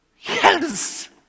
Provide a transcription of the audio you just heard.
yes